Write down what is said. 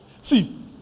See